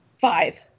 Five